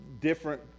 different